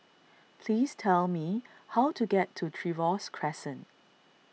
please tell me how to get to Trevose Crescent